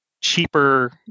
cheaper